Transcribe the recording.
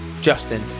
Justin